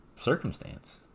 circumstance